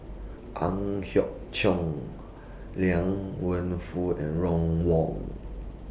Ang Hiong Liang Wenfu and Ron Wong